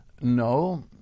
No